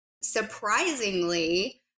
Surprisingly